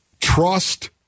Trust